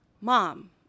Mom